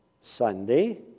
Sunday